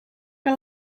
que